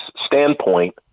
standpoint